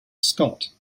scott